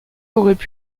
auraient